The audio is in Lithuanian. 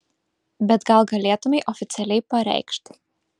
bet gal galėtumei oficialiai pareikšti